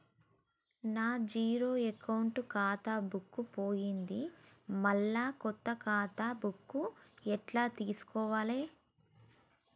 నా zero account ఖాతా book పోయింది మళ్ళా కొత్త ఖాతా బుక్కు ఎట్ల తీసుకోవాలే?